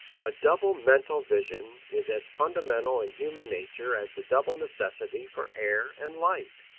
a double mental vision is as fundamental in human nature as the double necessity for air and light.